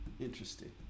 interesting